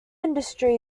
industry